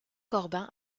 corbin